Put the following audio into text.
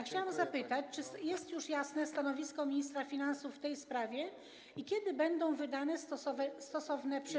Chciałam zapytać, czy jest już jasne stanowisko ministra finansów w tej sprawie i kiedy będą wydane stosowne przepisy.